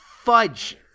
Fudge